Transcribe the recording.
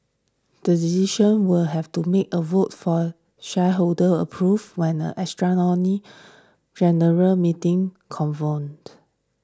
the decision will have to make a vote for shareholder approval when an extraordinary general meeting convened